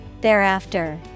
Thereafter